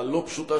הלא-פשוטה,